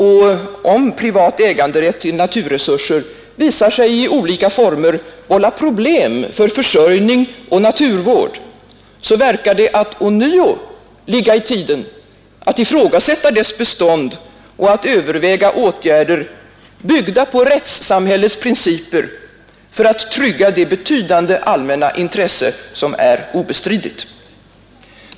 Och om privat äganderätt till naturresurser visar sig i olika former vålla problem för försörjning och naturvård, så verkar det ånyo ligga i tiden att ifrågasätta dess bestånd och att överväga åtgärder byggda på rättssamhällets principer för att trygga det betydande allmänna intresse som är obestridligt.